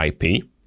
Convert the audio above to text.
IP